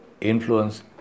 Influence